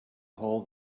hole